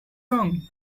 wrong